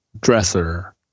dresser